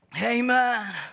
Amen